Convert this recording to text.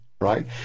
right